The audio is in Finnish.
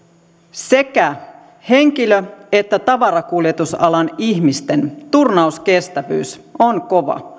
sekä henkilö että tavarakuljetusalan ihmisten turnauskestävyys on kova